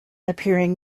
appearing